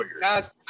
guys